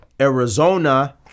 Arizona